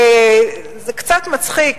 זה קצת מצחיק,